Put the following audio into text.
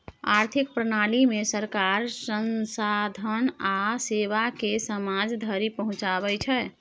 आर्थिक प्रणालीमे सरकार संसाधन आ सेवाकेँ समाज धरि पहुंचाबै छै